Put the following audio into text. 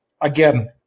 Again